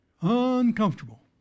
uncomfortable